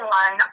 one